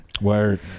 Word